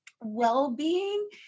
well-being